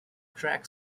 track